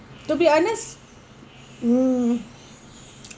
to be honest mm